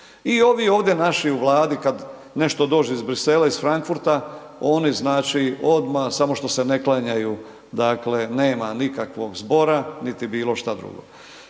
ovdje naši u Vladi kad nešto dođe iz Bruxellesa, iz Frankfurta oni znači odmah samo što se ne klanjaju dakle nema nikakvog zbora niti bilo šta drugo.